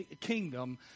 kingdom